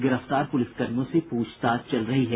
गिरफ्तार पुलिस कर्मियों से पूछताछ चल रही है